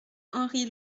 henri